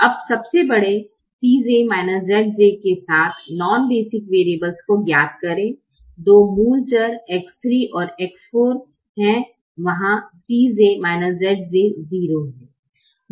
अबसबसे बड़े Cj Zj के साथ नॉन - बेसिक वरीयब्लेस को ज्ञात करें दो मूल चर X3 और X4 हैं वहा Cj Zj 0 हैं